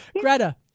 Greta